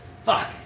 Fuck